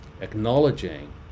acknowledging